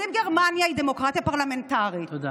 לא, אז אם גרמניה היא דמוקרטיה פרלמנטרית, תודה.